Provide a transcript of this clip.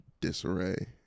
disarray